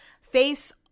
face